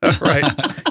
Right